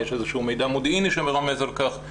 יש איזה שהוא מידע מודיעיני שמרמז על כך,